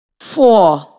four